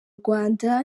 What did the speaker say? rwanda